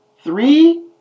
three